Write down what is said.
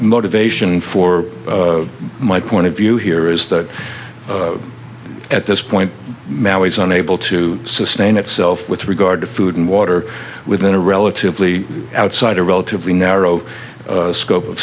motivation for my point of view here is that at this point he's unable to sustain itself with regard to food and water within a relatively outside a relatively narrow scope of